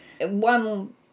One